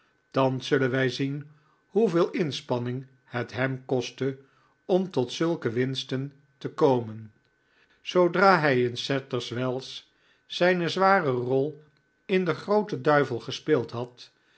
thans zullen wij zien hoeveel inspanning het hem kostte om tot zulke winsten te komen zoodra hij in sadlers wells zijne zware vol in den grooten duivel gespeeld had